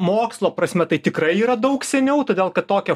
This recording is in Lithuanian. mokslo prasme tai tikrai yra daug seniau todėl kad tokią